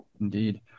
Indeed